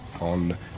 on